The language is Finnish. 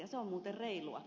se on muuten reilua